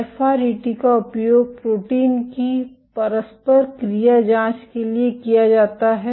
FRET का उपयोग protein की परस्पर क्रिया जांच के लिए किया जाता है